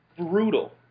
Brutal